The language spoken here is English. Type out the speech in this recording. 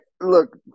look